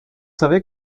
savez